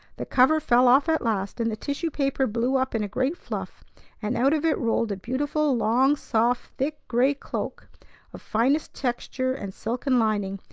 the cover fell off at last, and the tissue-paper blew up in a great fluff and out of it rolled a beautiful long, soft, thick gray cloak of finest texture and silken lining,